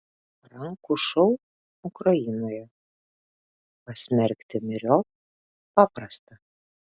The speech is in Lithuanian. rankų šou ukrainoje pasmerkti myriop paprasta